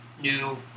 new